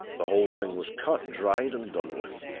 the whole thing was cut, dried, and done with,